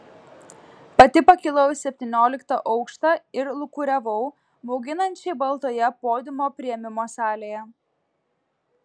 pati pakilau į septynioliktą aukštą ir lūkuriavau bauginančiai baltoje podiumo priėmimo salėje